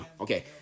Okay